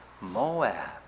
Moab